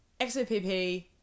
XOPP